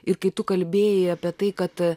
ir kai tu kalbėjai apie tai kad